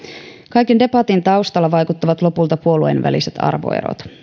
kaiken debatin taustalla vaikuttavat lopulta puolueiden väliset arvoerot